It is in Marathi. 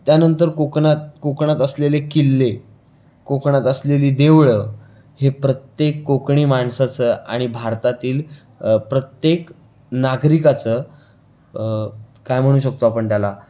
त्यानंतर कोकणात कोकणात असलेले किल्ले कोकणात असलेली देवळं हे प्रत्येक कोकणी माणसाचं आणि भारतातील प्रत्येक नागरिकाचं काय म्हणू शकतो आपण त्याला